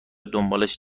دنبالش